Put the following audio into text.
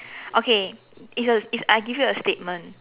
okay it's a it's I give you a statement